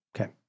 Okay